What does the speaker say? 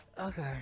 Okay